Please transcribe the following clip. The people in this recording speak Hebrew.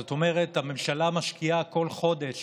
זאת אומרת, הממשלה משקיעה כל חודש